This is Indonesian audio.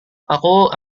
aku